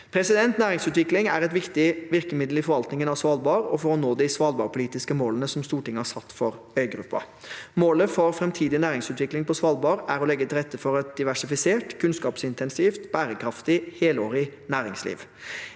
besluttet. Næringsutvikling er et viktig virkemiddel i forvaltningen av Svalbard og for å nå de svalbardpolitiske målene som Stortinget har satt for øygruppa. Målet for framtidig næringsutvikling på Svalbard er å legge til rette for et diversifisert, kunnskapsintensivt, bærekraftig og helårig næringsliv.